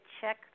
check